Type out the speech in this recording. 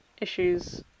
issues